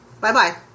Bye-bye